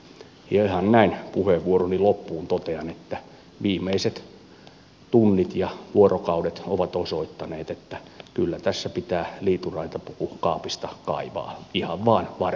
ihan näin puheenvuoroni loppuun totean että viimeiset tunnit ja vuorokaudet ovat osoittaneet että kyllä tässä pitää liituraitapuku kaapista kaivaa ihan vain varmuuden vuoksi